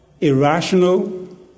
irrational